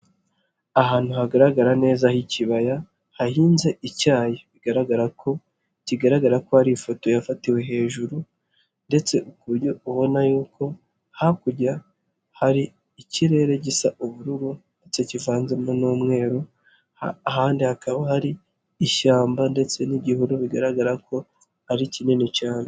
Ahantu hagaragara neza h'ikibaya hahinze icyayi, bigaragara ko kigaragara ko ari ifoto yafatiwe hejuru ndetse ku buryo ubona yuko hakurya hari ikirere gisa ubururu ndetse kivanzemo n'umweru, ahandi hakaba hari ishyamba ndetse n'igihuru bigaragara ko ari kinini cyane.